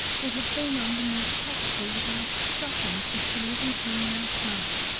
we have been on the move practically without stopping since eleven p m. last night,